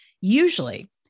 usually